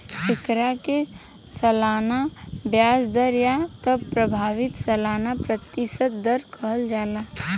एकरा के सालाना ब्याज दर या त प्रभावी सालाना प्रतिशत दर कहल जाला